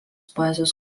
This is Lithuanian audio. poezijos